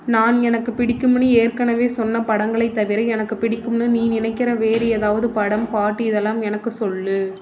நான் எனக்கு பிடிக்கும்னு ஏற்கனவே சொன்ன படங்களை தவிர எனக்கு பிடிக்கும்னு நீ நினைக்கிற வேற ஏதாவது படம் பாட்டு இதெல்லாம் எனக்கு சொல்